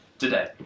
today